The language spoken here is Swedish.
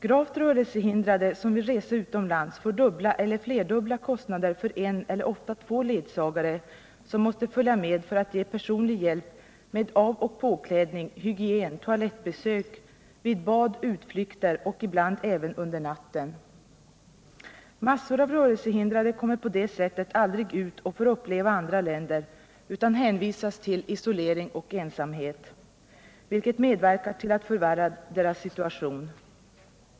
Gravt rörelsehindrade som vill resa utomlands får dubbla eller flerdubbla kostnaden för en — eller ofta två — ledsagare, som måste följa med för att ge personlig hjälp med av och påklädning, hygien, toalettbesök, vid bad, utflykter och ibland även under natten. Många rörelsehindrade kommer på det sättet aldrig ut och får uppleva andra länder, utan de hänvisas till isolering och ensamhet, vilket medverkar till att förvärra deras situation.